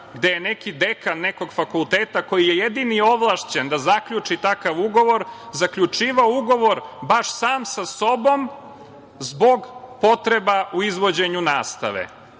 gde je neki dekan nekog fakulteta, koji je jedini ovlašćen da zaključi takav ugovor zaključivao ugovor baš sam sa sobom zbog potreba u izvođenju nastave. Taman